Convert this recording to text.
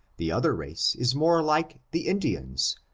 the other race is more like the indians,